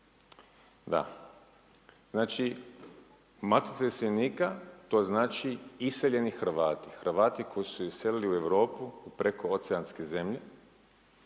Znači Matica iseljenika to znači iseljeni Hrvati, Hrvati koji su se iselili u Europu, prekooceanske zemlje